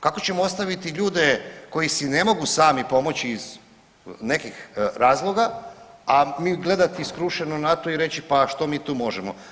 Kako ćemo ostaviti ljude koji si ne mogu sami pomoći iz nekih razloga, a mi gledati skrušeno na to i reći pa što mi tu možemo.